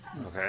Okay